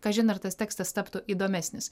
kažin ar tas tekstas taptų įdomesnis